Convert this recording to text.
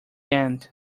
end